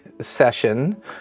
session